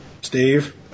Steve